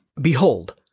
Behold